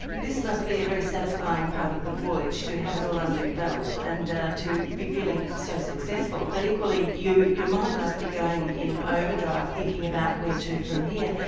this must be a very satisfying part of the voyage, to have it all under your belt and to be feeling so successful, but equally your your mind must be going in overdrive thinking about where to from here.